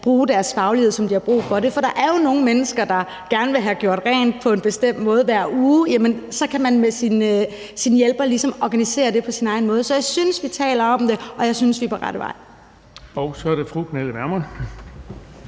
bruge deres faglighed, som de har brug for det. For der er jo nogle mennesker, der gerne vil have gjort rent på en bestemt måde hver uge, og så kan man med sin hjælper ligesom organisere det på sin egen måde. Så jeg synes, vi taler om det, og jeg synes, vi er på rette vej. Kl. 15:41 Den fg. formand